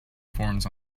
forms